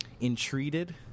entreated